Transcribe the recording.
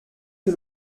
que